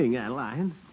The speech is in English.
Adeline